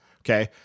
Okay